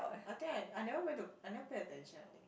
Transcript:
I think I I never pay to I never pay attention I think